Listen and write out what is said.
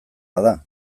bada